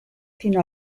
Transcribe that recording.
fino